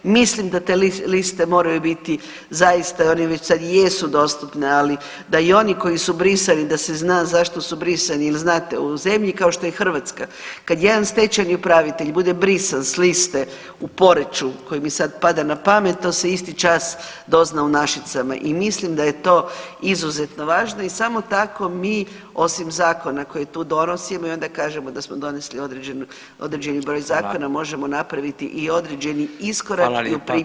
Mislim da te liste moraju biti zaista i one već sad i jesu dostupne, ali da i oni koji su brisani da se zna zašto su brisani jel znate u zemlji kao što je Hrvatska kad jedan stečajni upravitelj bude brisan s liste u Poreču koji mi sad pada na pamet to se isti čas dozna u Našicama i mislim da je to izuzetno važno i samo tako mi osim zakona koje tu donosimo i onda kažemo da smo donesli određeni broj zakona možemo napraviti i određeni iskorak u primjeni tih zakona.